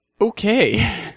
Okay